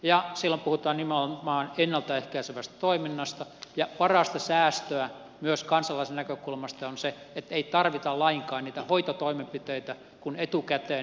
silloin puhutaan nimenomaan ennalta ehkäisevästä toiminnasta ja parasta säästöä myös kansalaisen näkökulmasta on se että ei tarvita lainkaan niitä hoitotoimenpiteitä kun etukäteen ennaltaehkäisy on kunnossa